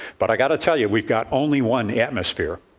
but i've got to tell you, we've got only one atmosphere,